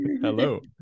Hello